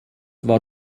war